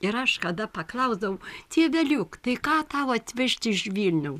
ir aš kada paklausdavau tėveliuk tai ką tau atvežti iš vilniau